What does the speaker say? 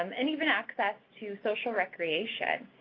um and even access to social recreation.